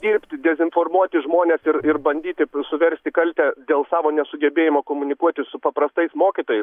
dirbti dezinformuoti žmones ir ir bandyti suversti kaltę dėl savo nesugebėjimo komunikuoti su paprastais mokytojais